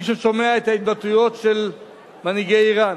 מי ששומע את ההתבטאויות של מנהיגי אירן,